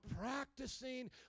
practicing